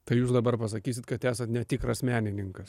tai jūs dabar pasakysit kad esat netikras menininkas